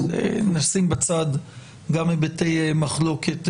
אז נשים בצד גם היבטי מחלוקת.